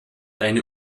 eine